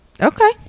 okay